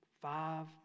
five